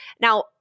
Now